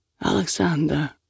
Alexander